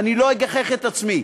ואני לא אגחיך את עצמי,